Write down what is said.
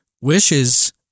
wishes